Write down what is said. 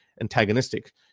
antagonistic